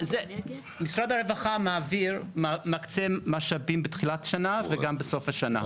משרד הרווחה מקצה משאבים בתחילת שנה וגם בסוף השנה.